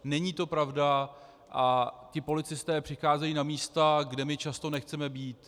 Není to pravda a ti policisté přicházejí na místa, kde my často nechceme být.